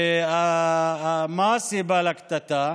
ומה הסיבה לקטטה?